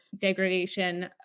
degradation